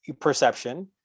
perception